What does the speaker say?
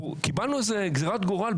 קיבלנו איזה "גזירת גורל",